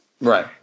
Right